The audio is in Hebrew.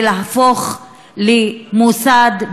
בלהפוך למוסד,